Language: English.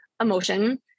emotion